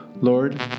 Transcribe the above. Lord